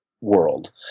world